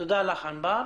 תודה לך ענבר.